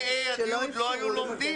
אם כיתות ה' עד י' לא היו לומדים,